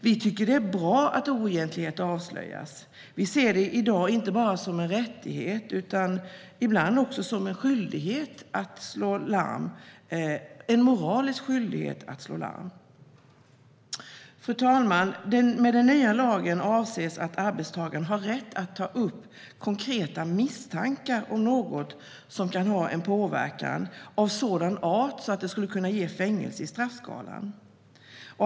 Vi tycker att det är bra att oegentligheter avslöjas. Vi ser det i dag inte bara som en rättighet utan ibland som en skyldighet att slå larm, en moralisk skyldighet. Fru talman! Med den nya lagen avses att arbetstagaren har rätt att ta upp konkreta misstankar om något som kan ha påverkan av sådan art att det har fängelse i straffskalan.